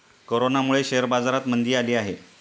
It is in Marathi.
कोरोनामुळे शेअर बाजारात मंदी आली आहे